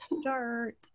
start